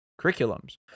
curriculums